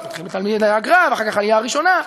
זה מתחיל מתלמידי הגר"א, ואחר כך העלייה הראשונה.